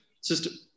system